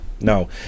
No